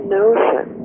notion